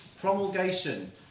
promulgation